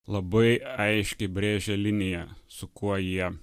labai aiškiai brėžia liniją su kuo jie